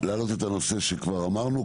להעלות את הנושא שכבר דיברנו עליו.